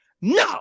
No